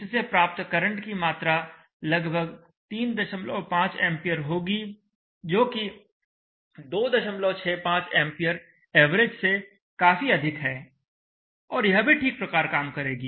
इससे प्राप्त करंट की मात्रा लगभग 35 A होगी जोकि 265 A एवरेज से काफी अधिक है और यह भी ठीक प्रकार काम करेगी